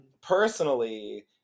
personally